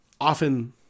often